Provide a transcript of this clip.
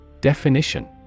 Definition